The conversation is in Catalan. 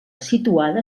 situada